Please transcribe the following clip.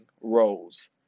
roles